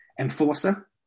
Enforcer